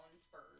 spurs